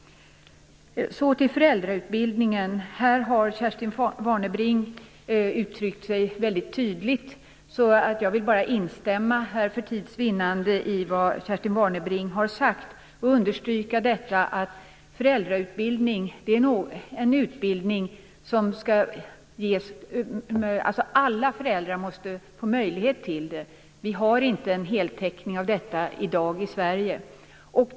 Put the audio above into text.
Så till föräldrautbildningen. Här har Kerstin Warnerbring uttryckt sig tydligt. Jag vill för tids vinnande endast instämma i vad Kerstin Warnerbring har sagt och understryka att alla föräldrar måste få möjlighet att delta i föräldrautbildning. Vi har inte en heltäckning av detta i Sverige i dag.